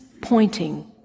pointing